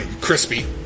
Crispy